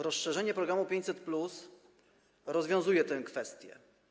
Rozszerzenie programu 500+ rozwiązuje tę kwestię.